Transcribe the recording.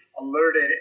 alerted